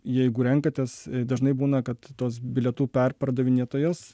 jeigu renkatės dažnai būna kad tos bilietų perpardavinėtojas